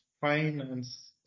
finance